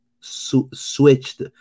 switched